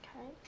Okay